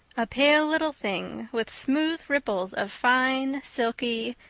a pale little thing, with smooth ripples of fine, silky,